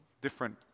different